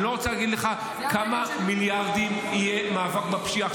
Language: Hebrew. אני לא רוצה להגיד לך כמה מיליארדים יהיה במאבק בפשיעה.